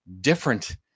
different